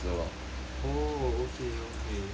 oh okay okay